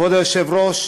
כבוד היושב-ראש,